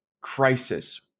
crisis